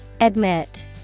Admit